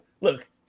Look